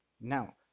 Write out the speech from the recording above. Now